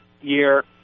year